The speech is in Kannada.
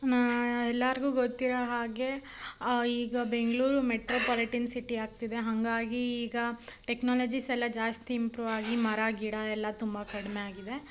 ಎಲ್ಲರಿಗೂ ಗೊತ್ತಿರೊ ಹಾಗೆ ಈಗ ಬೆಂಗಳೂರು ಮೆಟ್ರೊಪೊಲಿಟಿನ್ ಸಿಟಿ ಆಗ್ತಿದೆ ಹಾಗಾಗಿ ಈಗ ಟೆಕ್ನಾಲಜೀಸ್ ಎಲ್ಲ ಜಾಸ್ತಿ ಇಂಪ್ರೂವ್ ಆಗಿ ಮರ ಗಿಡ ಎಲ್ಲ ತುಂಬ ಕಡಿಮೆ ಆಗಿದೆ